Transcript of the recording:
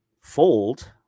fold